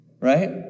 right